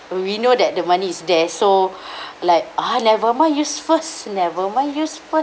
we know that the money is there so like ah never mind use first never mind use first